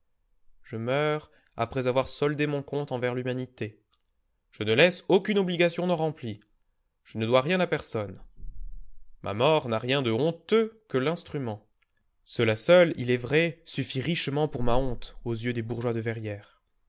je meurs après avoir soldé mon compte envers l'humanité je ne laisse aucune obligation non remplie je ne dois rien à personne ma mort n'a rien de honteux que l'instrument cela seul il est vrai suffit richement pour ma honte aux yeux des bourgeois de verrières